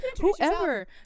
whoever